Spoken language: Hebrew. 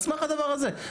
על סמך הדבר הזה.